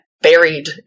buried